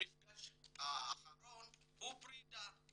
המפגש האחרון הוא פרידה.